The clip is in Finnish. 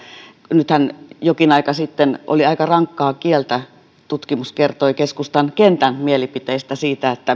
nythän jokin aika sitten oli aika rankkaa kieltä tutkimus kertoi keskustan kentän mielipiteistä siitä